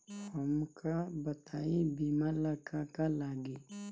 हमका बताई बीमा ला का का लागी?